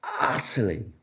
utterly